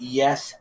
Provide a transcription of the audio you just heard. yes